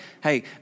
hey